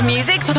music